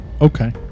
Okay